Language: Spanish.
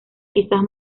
quizás